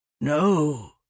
No